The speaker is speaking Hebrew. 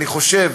אני חושב